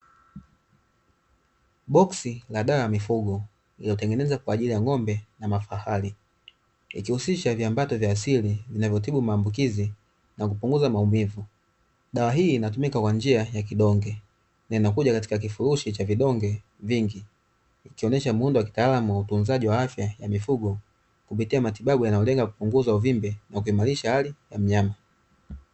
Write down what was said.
Boksi la dawa ya mifugo zinatengeneza kwa ajili ya ng'ombe na mafahari tukihusisha iliambata vya asili vinavyotibu maambukizi na kupunguza maumivu dawa hii inatumika kwa njia ya kidonge yanakuja katika vifurushi cha vidonge vingi kutuonyesha muundo wa kitaalamu utunzaji wa afya na mifugo kupitia matibabu yanayolenga kupunguza uvimbe wa kuimarisha afya ya mnyama.